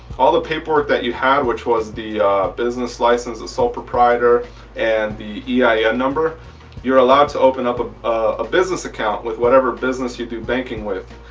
all the paperwork that you had which was the business license, sole proprietor and the ein yeah yeah number you're allowed to open up a ah business account with whatever business you do banking with.